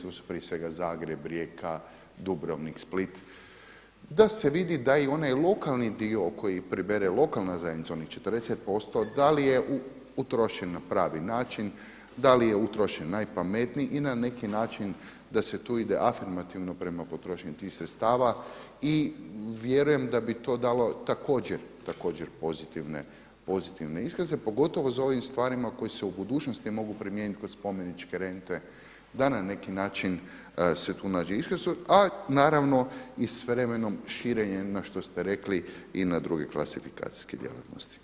To su prije svega Zagreb, Rijeka, Dubrovnik, Split da se vidi da i onaj lokalni dio koji pribere lokalna zajednica onih 40% da li je utrošeno na pravi način, da li je utrošen najpametnije i na neki način da se tu ide afirmativno prema potrošnji tih sredstava i vjerujem da bi to dalo također pozitivne iskaze pogotovo za ovim stvarima koji se u budućnosti mogu primijeniti kod spomeničke rente da na neki način se tu nađe iskaz a naravno s vremenom širenje što ste rekli i na druge klasifikacijske djelatnosti.